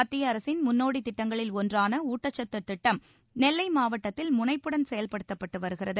மத்திய அரசின் முன்னோடித் திட்டங்களில் ஒன்றான ஊட்டச்சத்து திட்டம் நெல்லை மாவட்டத்தில் முனைப்புடன் செயல்படுத்தப்பட்டு வருகிறது